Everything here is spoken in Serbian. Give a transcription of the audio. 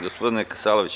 Gospodine Kasalović.